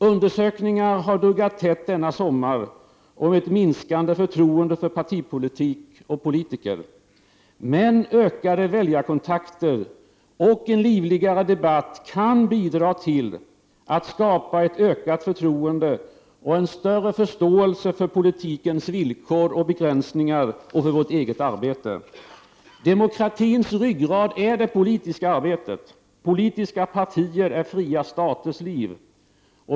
Undersökningar har duggat tätt denna sommar om ett minskande förtroende för partipolitik och politiker. Men ökade väljarkontakter och en livligare debatt kan bidra till att skapa ett ökat förtroende och en större förståelse för politikens villkor och begränsningar och för vårt eget arbete. Demokratins ryggrad är det politiska arbetet. Politiska partier är fria staters liv.